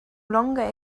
longer